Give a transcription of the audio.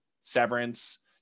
severance